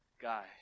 guy